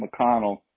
McConnell